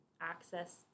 access